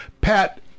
pat